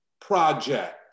project